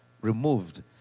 removed